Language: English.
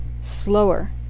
slower